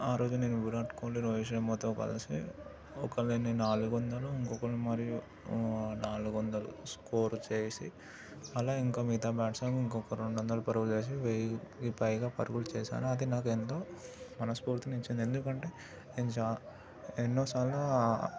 ఆరోజు నేను విరాట్ కోహ్లీ రోహిత్ శర్మతో కలిసి ఒక్కళ్ళు ఎన్ని నాలుగు వందలు ఇంకా ఒక్కళ్ళు మరియు ఆ నాలుగు వందలు స్కోరు చేసి అలా ఇంకా మిగతా బ్యాట్స్మెన్ ఇంకొక రెండు వందల పరుగులు చేసి వేయికి పైగా పరుగులు చేసాను అది నాకు ఎంతో మనస్ఫూర్తిని ఇచ్చింది ఎందుకంటే నేను చా ఎన్నోసార్లు